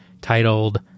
titled